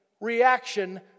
reaction